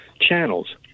channels